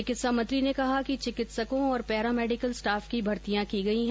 चिकित्सा मंत्री ने कहा कि चिकित्सकों और पैरामेडिकल स्टाफ की भर्तियां की गई हैं